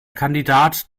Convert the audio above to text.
kandidat